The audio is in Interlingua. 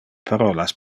parolas